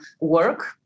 work